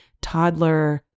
toddler